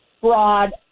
broad